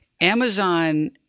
Amazon